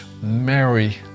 Mary